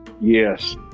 Yes